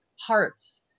hearts